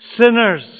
sinners